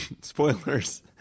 spoilers